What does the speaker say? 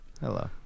Hello